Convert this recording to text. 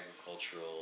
agricultural